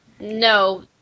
no